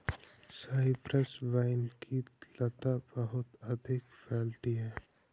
Cyprus vine की लता बहुत अधिक फैलती है